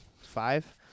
five